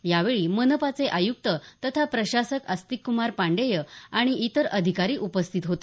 यावेळी मनपाचे आयुक्त तथा प्रशासक आस्तिक कुमार पांडेय आणि इतर अधिकारी उपस्थित होते